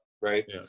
right